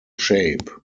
shape